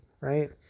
right